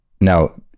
Now